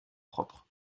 propres